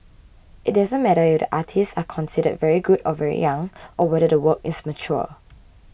it doesn't matter if the artists are considered very good or very young or whether the work is mature